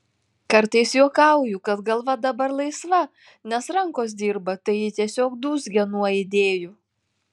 kartais juokauju kad galva dabar laisva nes rankos dirba tai ji tiesiog dūzgia nuo idėjų